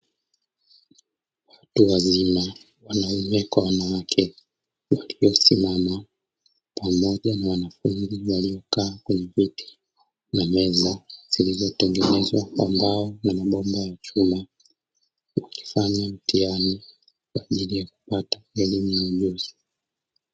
Watu wazima wanaume kwa wanawake, waliosimama pamoja na wanafunzi waliokaa kwenye viti na meza zilizotengenezwa kwa mbao na mabomba ya chuma, wakifanya mtihani kwa ajili ya kupata elimu na ujuzi.